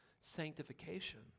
sanctification